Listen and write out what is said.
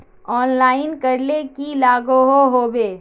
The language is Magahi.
ऑनलाइन करले की लागोहो होबे?